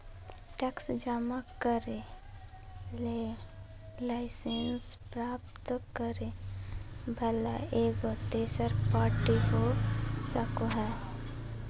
tax जमा करे ले लाइसेंस प्राप्त करे वला एगो तेसर पार्टी हो सको हइ